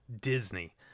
Disney